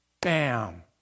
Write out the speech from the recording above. bam